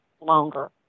longer